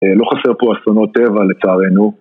לא חסר פה אסונות טבע לצערנו